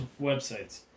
websites